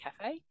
cafe